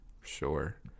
Sure